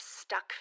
stuck